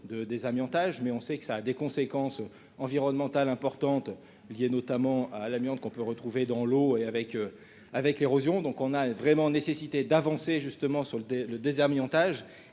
de désamiantage mais on sait que ça a des conséquences environnementales importantes liées notamment à l'amiante qu'on peut retrouver dans l'eau et avec avec l'érosion, donc on a vraiment nécessité d'avancer justement sur le le désamiantage